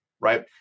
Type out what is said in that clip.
right